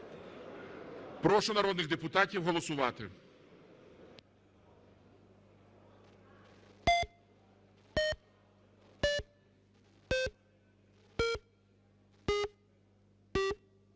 Прошу народних депутатів голосувати.